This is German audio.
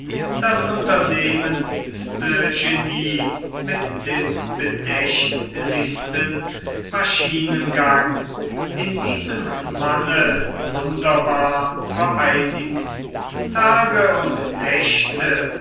das unternehmendste genie mit dem bedächtlichsten maschinengang in diesem manne wunderbar vereinigt tage und nächte